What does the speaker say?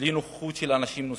בלי נוכחות של אנשים נוספים,